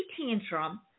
tantrum